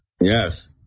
Yes